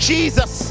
Jesus